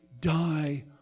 die